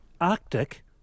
arctic